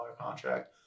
contract